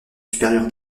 supérieur